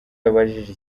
yabajije